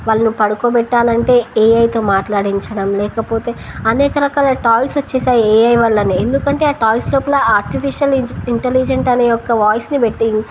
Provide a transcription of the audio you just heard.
వాళ్ళని పడుకోబెట్టాలంటే ఏఐతో మాట్లాడించడం లేకపోతే అనేక రకాల టాయిస్ వచ్చేసాయి ఏఐ వల్లనే ఎందుకంటే ఆ టాయిస్ లోపల ఆర్టిఫిషియల్ ఇంటెలిజెన్స్ అనే యొక్క వాయిస్ని పెట్టి